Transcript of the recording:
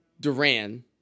Duran